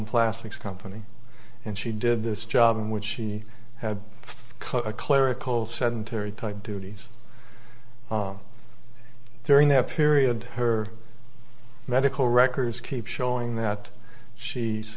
in plastics company and she did this job in which she had a clerical sedentary type duties during that period her medical records keep showing that she